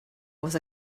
was